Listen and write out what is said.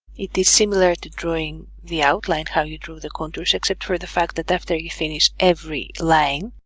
it is similar to drawing the outline how you draw the contours except for the fact that after you finish every line